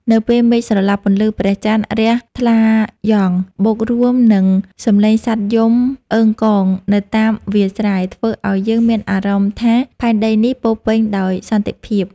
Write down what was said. នៅពេលមេឃស្រឡះ ពន្លឺព្រះច័ន្ទរះថ្លាយង់ បូករួមនឹងសំឡេងសត្វយំអឺងកងនៅតាមវាលស្រែ ធ្វើឱ្យយើងមានអារម្មណ៍ថាផែនដីនេះពោរពេញដោយសន្តិភាព។